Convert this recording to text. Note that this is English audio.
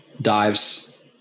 dives